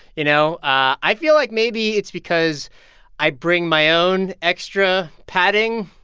you know, i feel like maybe it's because i bring my own extra padding,